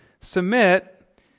submit